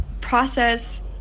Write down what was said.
process